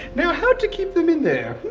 now how to keep them in there.